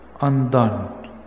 undone